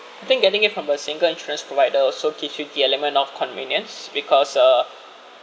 I think getting it from the single insurance provider also teach you the element of convenience because uh